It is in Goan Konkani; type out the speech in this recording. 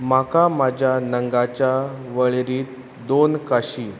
म्हाका म्हज्या नगांच्या वळेरींत दोन काशी